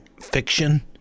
fiction